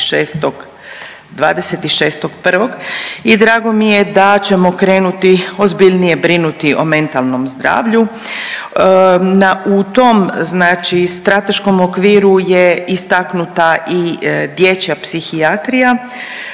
26.1. i drago mi je da ćemo krenuti ozbiljnije brinuti o mentalnom zdravlju. U tom znači strateškom okviru je istaknuta i dječja psihijatrija.